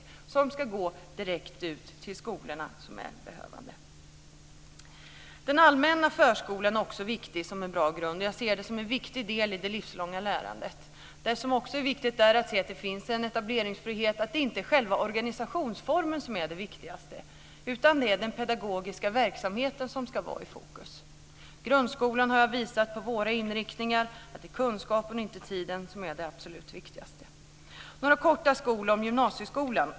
De pengarna ska gå direkt ut till de skolor som har behov. Den allmänna förskolan är också viktig som en bra grund. Jag ser det som en viktig del i det livslånga lärandet. Det är också viktigt att det finns en etableringsfrihet. Men det är inte själva organisationsformen är det viktigaste, utan den pedagogiska verksamheten ska vara i fokus. Vad gäller grundskolan har jag tidigare visat på vår inriktning. Det är kunskapen och inte tiden som är det absolut viktigaste. Jag ska också säga några korta ord om gymnasieskolan.